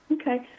Okay